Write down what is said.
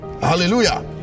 Hallelujah